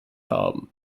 haben